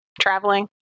traveling